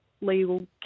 legal